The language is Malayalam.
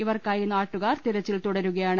ഇവർക്കായി നാട്ടുകാർ തെരച്ചിൽ തുടരുകയാണ്